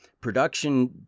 Production